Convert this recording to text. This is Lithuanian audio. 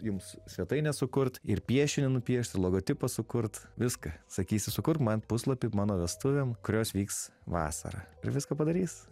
jums svetainę sukurt ir piešinį nupiešt logotipą sukurt viską sakysiu sukurk man puslapį mano vestuvėm kurios vyks vasarą ir viską padarys